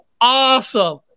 awesome